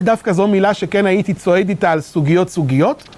דווקא זו מילה שכן הייתי צועד איתה על סוגיות סוגיות.